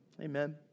Amen